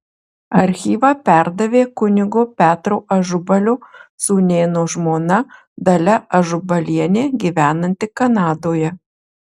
archyvą perdavė kunigo petro ažubalio sūnėno žmona dalia ažubalienė gyvenanti kanadoje